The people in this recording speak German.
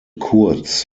kurz